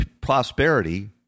prosperity